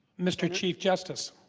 mr. chief justice